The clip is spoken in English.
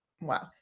wow